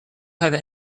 have